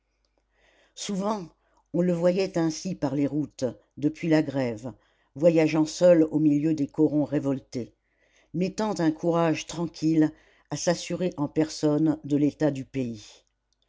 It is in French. souvent on le voyait ainsi par les routes depuis la grève voyageant seul au milieu des corons révoltés mettant un courage tranquille à s'assurer en personne de l'état du pays